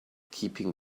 keeping